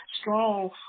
strong